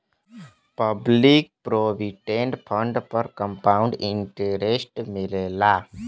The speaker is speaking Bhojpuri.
पब्लिक प्रोविडेंट फंड पर कंपाउंड इंटरेस्ट मिलला